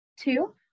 Two